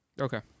Okay